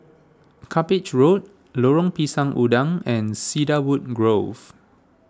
Cuppage Road Lorong Pisang Udang and Cedarwood Grove